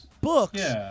books